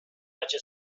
هرچه